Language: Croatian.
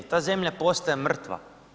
Ta zemlja postaje mrtva.